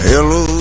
Hello